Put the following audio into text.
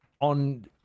on